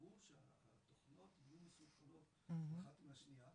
תסדרו שהתוכנות יהיו מסונכרנות אחת עם השנייה.